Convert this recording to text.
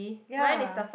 ya